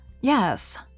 Yes